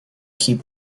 keep